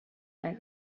zijn